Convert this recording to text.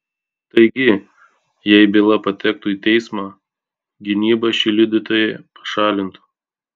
taigi jei byla patektų į teismą gynyba šį liudytoją pašalintų